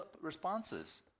responses